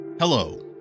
Hello